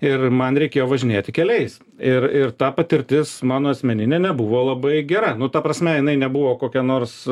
ir man reikėjo važinėti keliais ir ir ta patirtis mano asmeninė nebuvo labai gera nu ta prasme jinai nebuvo kokia nors